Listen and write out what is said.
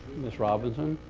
ms. robinson.